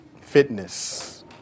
Fitness